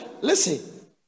listen